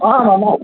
अँ भन